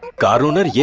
car owner. yeah